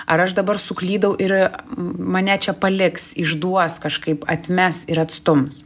ar aš dabar suklydau ir mane čia paliks išduos kažkaip atmes ir atstums